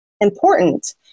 important